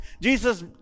Jesus